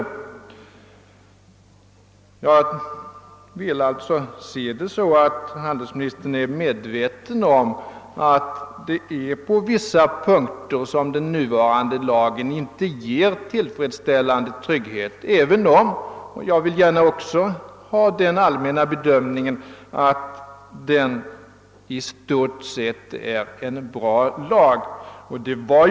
Jag ser alltså saken på det sättet att handelsministern är medveten om att gällande lag på vissa punkter inte ger en tillfredsställande trygghet, även om den i stort sett är bra, vilket också är min allmänna bedömning.